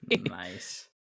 Nice